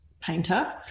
painter